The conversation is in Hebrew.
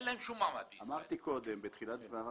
אני חושב שהדבר הנכון לעשות הוא שיפנו באופן מסודר